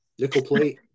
Nickelplate